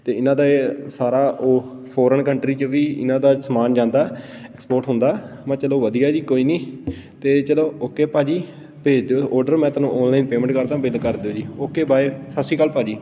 ਅਤੇ ਇਹਨਾਂ ਦੇ ਸਾਰਾ ਉਹ ਫੋਰਨ ਕੰਟਰੀ 'ਚ ਵੀ ਇਹਨਾਂ ਦਾ ਸਮਾਨ ਜਾਂਦਾ ਅਸਪੋਟ ਹੁੰਦਾ ਮੈਂ ਚਲੋ ਵਧੀਆ ਜੀ ਕੋਈ ਨਹੀਂ ਅਤੇ ਚਲੋ ਓਕੇ ਭਾਅ ਜੀ ਭੇਜ ਦਿਉ ਔਡਰ ਮੈਂ ਤੁਹਾਨੂੰ ਔਨਲਾਈਨ ਪੇਮੈਂਟ ਕਰਦਾ ਬਿੱਲ ਕਰ ਦਿਉ ਜੀ ਓਕੇ ਬਾਏ ਸਤਿ ਸ਼੍ਰੀ ਅਕਾਲ ਭਾਅ ਜੀ